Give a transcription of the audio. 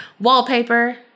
wallpaper